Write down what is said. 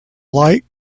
light